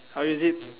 I'll use it